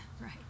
right